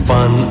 Fun